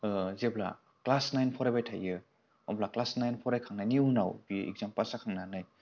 जेब्ला class nine फरायबाय थायो अब्ला क्लास नाइन फरायखांनायनि उनाव बे एक्जाम पास जांखांनानै